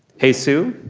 hey, sue.